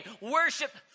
worship